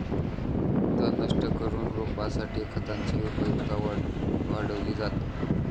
तण नष्ट करून रोपासाठी खतांची उपयुक्तता वाढवली जाते